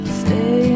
stay